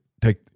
take